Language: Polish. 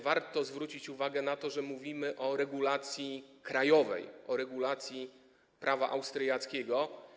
Warto zwrócić uwagę na to, że mówimy o regulacji krajowej, o regulacji prawa austriackiego.